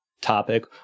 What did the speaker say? topic